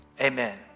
amen